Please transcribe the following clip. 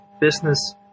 business